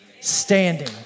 standing